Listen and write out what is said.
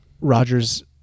rogers